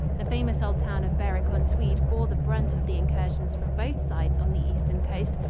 the famous old town of berwick-on-tweed bore the brunt of the incursions from both sides on the eastern coast,